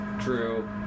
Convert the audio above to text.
True